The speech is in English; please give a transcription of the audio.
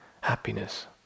happiness